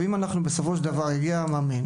אם יגיע מאמן,